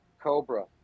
Cobra